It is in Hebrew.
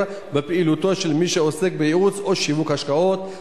בפעילותו של מי שעוסק בייעוץ או שיווק השקעות,